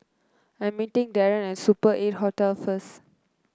I'm meeting Darren at Super Eight Hotel first